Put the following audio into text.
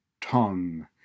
tongue